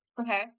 Okay